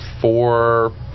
four